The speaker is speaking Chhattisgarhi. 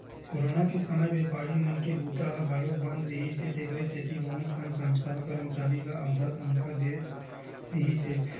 कोरोना के समे बेपारी मन के बूता ह घलोक बंद रिहिस हे तेखर सेती बहुत कन संस्था ह करमचारी ल आधा तनखा दे रिहिस हे